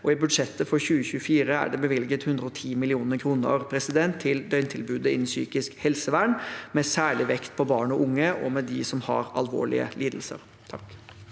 I budsjettet for 2024 er det bevilget 110 mill. kr til døgntilbudet innen psykisk helsevern, med særlig vekt på barn og unge og de som har alvorlige lidelser.